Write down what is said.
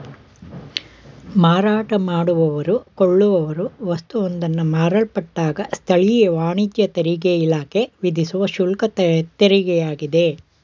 ಮಾರಾಟ ಮಾಡುವವ್ರು ಕೊಳ್ಳುವವ್ರು ವಸ್ತುವೊಂದನ್ನ ಮಾರಲ್ಪಟ್ಟಾಗ ಸ್ಥಳೀಯ ವಾಣಿಜ್ಯ ತೆರಿಗೆಇಲಾಖೆ ವಿಧಿಸುವ ಶುಲ್ಕತೆರಿಗೆಯಾಗಿದೆ